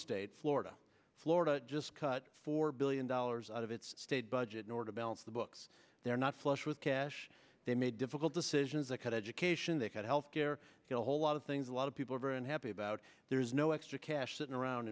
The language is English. state florida florida just cut four billion dollars out of its state budget or to balance the books they're not flush with cash they made difficult decisions that cut education they cut health care a whole lot of things a lot of people are very unhappy about there is no extra cash sitting around